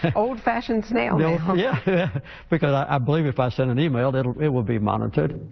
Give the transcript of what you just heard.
and old-fashioned smale yeah because i believe if i sent an email that it will be monitored